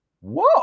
Whoa